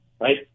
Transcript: right